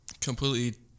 Completely